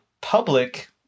public